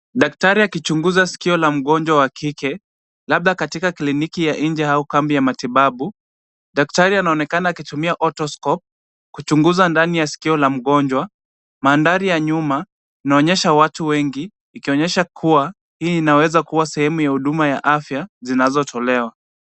Daktari akichunguza sikio la mgonjwa wa kike labda katika kliniki ya nje au kambi ya matibabu. Daktari anaonekana akitumia autoscope kuchunguza ndani ya sikio la mgonjwa. Mandhari ya nyuma inaonyesha watu wengi, ikionyesha kuwa hii inaweza kuwa sehemu ya huduma ya afya zinazotolewa.